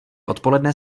odpoledne